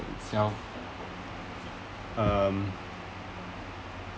itself um